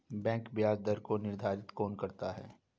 Bank ब्याज दर को निर्धारित कौन करता है?